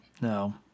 no